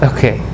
Okay